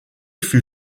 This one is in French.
fut